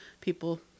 people